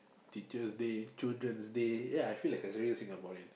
Teacher's Day Children's Day ya I feel like really a Singaporean